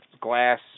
glass